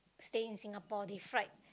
staying in Singapore they fried